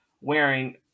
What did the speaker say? wearing